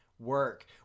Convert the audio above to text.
work